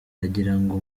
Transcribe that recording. ndagirango